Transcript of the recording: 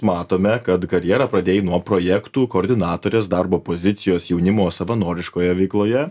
matome kad karjerą pradėjai nuo projektų koordinatorės darbo pozicijos jaunimo savanoriškoje veikloje